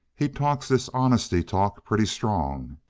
he talks this honesty talk pretty strong.